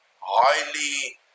highly